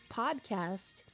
podcast